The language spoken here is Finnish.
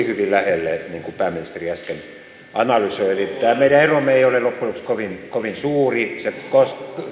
hyvin lähelle niin kuin pääministeri äsken analysoi eli tämä meidän eromme ei ole loppujen lopuksi kovin suuri se